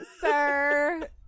Sir